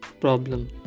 problem